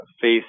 face